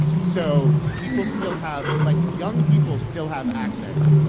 so people still have like, young people still have accents.